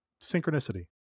synchronicity